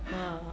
ya